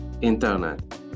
internet